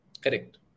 Correct